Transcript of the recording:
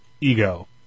ego